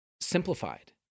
Simplified